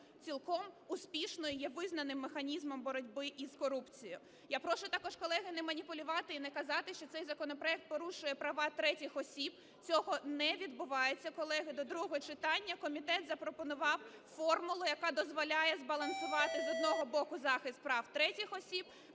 цілком успішно, є визнаним механізмом боротьби із корупцією. Я прошу також, колеги, не маніпулювати і не казати, що цей законопроект порушує права третіх осіб, цього не відбувається, колеги. До другого читання, колеги, комітет запропонував формулу, яка дозволяє збалансувати, з одного боку, захист прав третіх осіб,